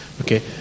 Okay